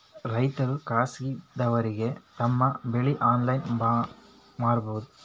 ರೈತರು ಖಾಸಗಿದವರಗೆ ತಮ್ಮ ಬೆಳಿ ಆನ್ಲೈನ್ ಮಾರಬಹುದು?